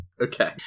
Okay